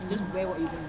mmhmm